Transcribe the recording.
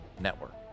Network